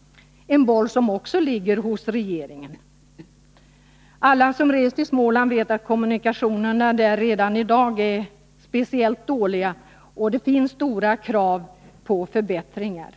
— en boll som också ligger hos regeringen. Alla som har rest i Småland vet att kommunikationerna där redan i dag är speciellt dåliga. Det finns stora krav på förbättringar.